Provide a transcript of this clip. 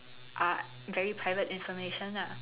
are very private information ah